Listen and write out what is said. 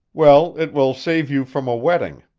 well, it will save you from a wetting.